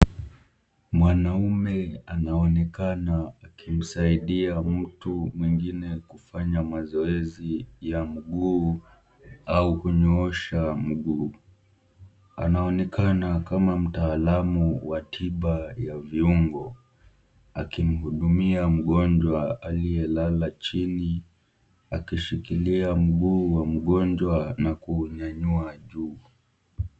Mwanaume anaonekana akimsaidia mtu mwingine kufanya mazoezi ya mguu au kunyoosha mguu. Anaonekana kama mtalaamu wa tiba ya viungo, akimuhudumia mgonjwa aliyelala chini akishikilia mguu wa mgonjwa na kuunyanyua juu.